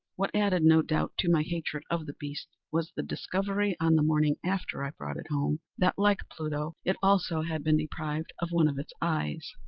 what added, no doubt, to my hatred of the beast, was the discovery, on the morning after i brought it home, that, like pluto, it also had been deprived of one of its eyes.